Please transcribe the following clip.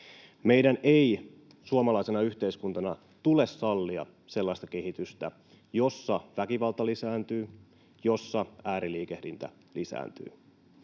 Meidän ei suomalaisena yhteiskuntana tule sallia sellaista kehitystä, jossa väkivalta lisääntyy, jossa ääriliikehdintä lisääntyy.